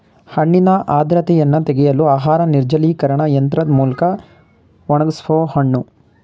ಹಣ್ಣಿನ ಆರ್ದ್ರತೆಯನ್ನು ತೆಗೆಯಲು ಆಹಾರ ನಿರ್ಜಲೀಕರಣ ಯಂತ್ರದ್ ಮೂಲ್ಕ ಒಣಗ್ಸೋಹಣ್ಣು